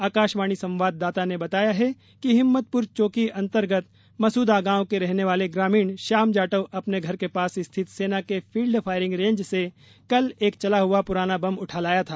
आकाशवाणी संवाददाता ने बताया है कि हिम्मतपूर चौकी अंतर्गत मसुदा गांव के रहने वाला ग्रामीण श्याम जाटव अपने घर के पास स्थित सेना के फील्ड फायरिंग रेंज से कल एक चला हुआ पुराना बम उठा लाया था